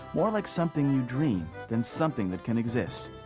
more like something you dream than something that can exist.